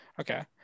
Okay